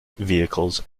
vehicles